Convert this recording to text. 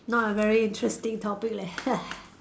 not a very interesting topic leh